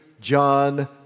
John